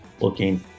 looking